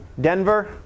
Denver